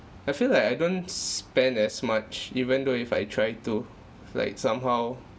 I feel like I don't spend as much even though if I try to like somehow